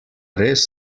res